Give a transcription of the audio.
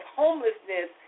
homelessness